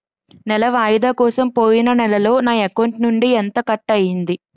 నెల వాయిదా కోసం పోయిన నెలలో నా అకౌంట్ నుండి ఎంత కట్ అయ్యింది?